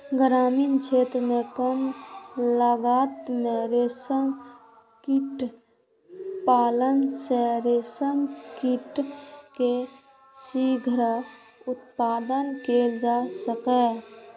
ग्रामीण क्षेत्र मे कम लागत मे रेशम कीट पालन सं रेशम कीट के शीघ्र उत्पादन कैल जा सकैए